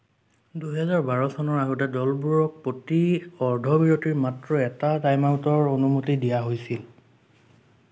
দুই হাজাৰ বাৰ চনৰ আগতে দলবোৰক প্ৰতি অৰ্ধ বিৰতিত মাত্ৰ এটা টাইমআউটৰ অনুমতি দিয়া হৈছিল